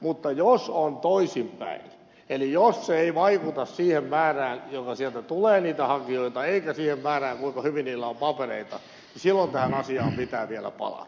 mutta jos on toisinpäin eli jos se ei vaikuta siihen määrään hakijoita joka sieltä tulee eikä siihen kuinka hyvin heillä on papereita niin silloin tähän asiaan pitää vielä palata